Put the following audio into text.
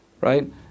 right